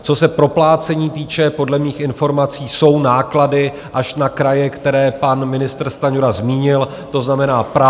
Co se proplácení týče, podle mých informací jsou náklady, až na kraje, které pan ministr Stanjura zmínil, to znamená Praha...